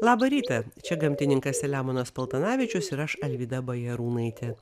labą rytą čia gamtininkas selemonas paltanavičius ir aš alvyda bajarūnaitė